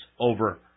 over